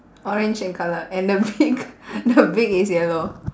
orange in colour and the beak the beak is yellow